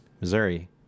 Missouri